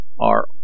Are